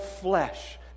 flesh